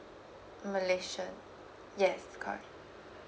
malaysian yes correct